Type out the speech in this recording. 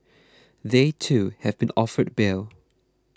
they too have been offered bail